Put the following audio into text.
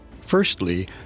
Firstly